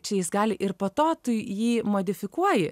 čia jis gali ir po to tu jį modifikuoji